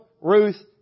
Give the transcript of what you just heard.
Ruth